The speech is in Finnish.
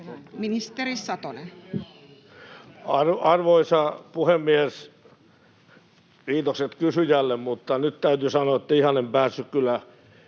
Content: Arvoisa puhemies! Kiitokset kysyjälle, mutta nyt täytyy sanoa, että ihan en päässyt kyllä